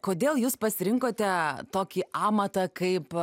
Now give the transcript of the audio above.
kodėl jūs pasirinkote tokį amatą kaip